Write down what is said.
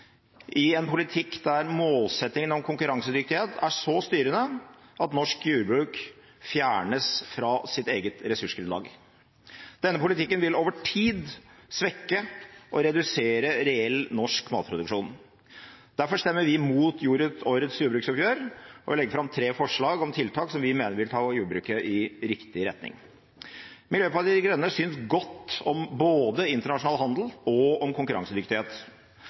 i en politikk der målsettingen om konkurransedyktighet er så styrende at norsk jordbruk fjernes fra sitt eget ressursgrunnlag. Denne politikken vil over tid svekke og redusere reell norsk matproduksjon. Derfor stemmer vi mot årets jordbruksoppgjør, og vi legger fram tre forslag om tiltak som vi mener vil ta jordbruket i riktig retning. Miljøpartiet De Grønne synes godt om både internasjonal handel og om konkurransedyktighet.